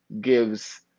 gives